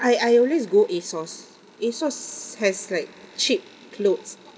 I I always go ASOS ASOS has like cheap clothes